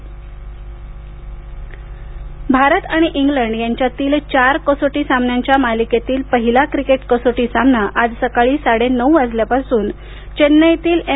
cricket कसोटी भारत आणि England यांच्यातील चार कसोटी सामन्यांच्या मालिकेतील पहिला क्रिकेट कसोटी सामना आज सकाळी साडे नऊ वाजेपासून चेन्नईतील एम